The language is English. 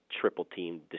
triple-team